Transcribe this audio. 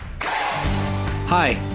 Hi